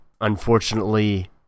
Unfortunately